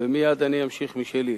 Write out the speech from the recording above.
ומייד אני אמשיך בשלי: